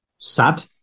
sad